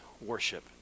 Worship